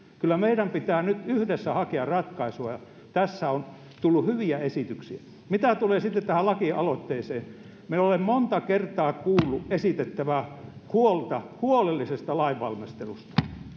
kyllä meidän pitää nyt yhdessä hakea ratkaisua ja tässä on tullut hyviä esityksiä mitä tulee sitten tähän lakialoitteeseen niin minä olen monta kertaa kuullut esitettävän huolta huolellisesta lainvalmistelusta